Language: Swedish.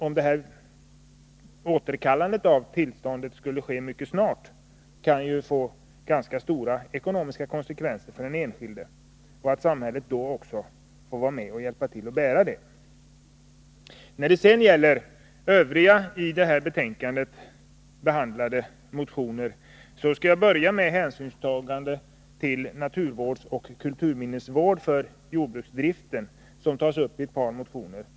Om återkallandet av tillståndet skulle ske mycket snart, kan det få ganska stora ekonomiska konsekvenser för den enskilde, och samhället bör då också vara med och bära dessa. När det gäller övriga i det här betänkandet behandlade motioner, skall jag börja med frågan om hänsynstagandet till naturvård och kulturminnesvård för jordbruksdriften, som tas uppi ett par motioner.